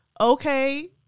okay